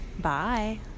Bye